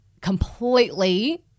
completely